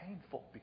painful